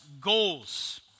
Goals